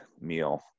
meal